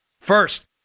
First